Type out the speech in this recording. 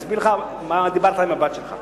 אני אסביר לך איך דיברת עם הבת שלך.